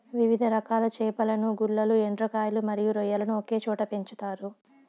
వివిధ రకాల చేపలను, గుల్లలు, ఎండ్రకాయలు మరియు రొయ్యలను ఒకే చోట పెంచుతారు